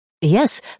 Yes